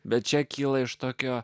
bet čia kyla iš tokio